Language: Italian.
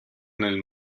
nel